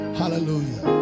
hallelujah